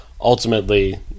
ultimately